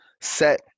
set